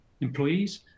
employees